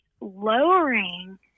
lowering